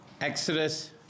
Exodus